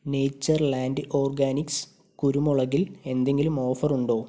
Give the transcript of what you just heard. Natureland Organics കുരുമുളകിൽ എന്തെങ്കിലും offer ഉണ്ടോ